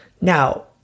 Now